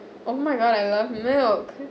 oh my god I love milk